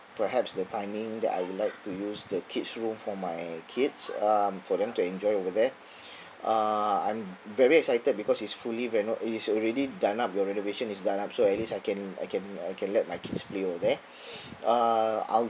perhaps the timing that I would like to use the kid's room for my kids um for them to enjoy over there uh I'm very excited because it's fully reno~ it is already done up your renovation is done up so at least I can I can I can let my kids play over there uh I'll